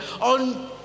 on